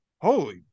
Holy